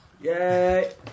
Yay